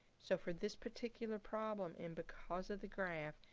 so for this particular problem and because of the graph,